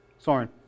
Soren